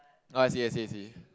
ah I see I see I see